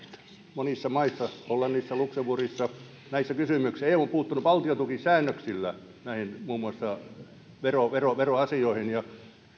monissa maissa hollannissa luxemburgissa näissä kysymyksissä eu on puuttunut valtiontukisäännöksillä muun muassa näihin veroasioihin ja